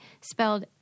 spelled